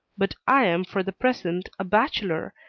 but i am for the present a bachelor,